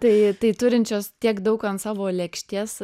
tai tai turinčios tiek daug ant savo lėkštės